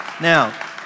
Now